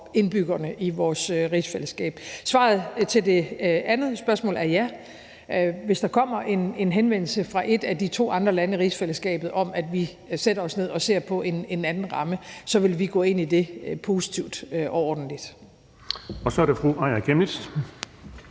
indbyggerne i vores rigsfællesskab. Svaret på det andet spørgsmål er: Ja, hvis der kommer en henvendelse fra et af de to andre lande i rigsfællesskabet om, at vi sætter os ned og ser på en anden ramme, så vil vi gå ind i det positivt og ordentligt. Kl. 09:15 Den fg. formand